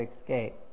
escape